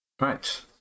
Right